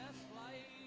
slide.